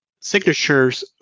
signatures